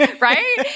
right